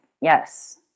Yes